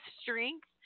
strength